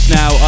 now